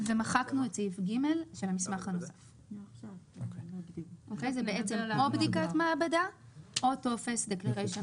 מחקנו את סעיף (ג) של המסמך הנוסף כך שיהיה או בדיקת מעבדה או טופס doc.